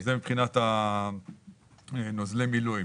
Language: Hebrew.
זה מבחינת נוזלי מילוי.